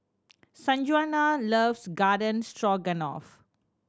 Sanjuana loves Garden Stroganoff